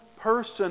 person